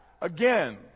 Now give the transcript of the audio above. again